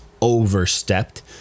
overstepped